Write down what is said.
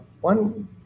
one